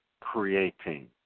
creating